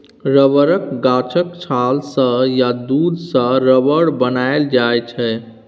रबरक गाछक छाल सँ या दुध सँ रबर बनाएल जाइ छै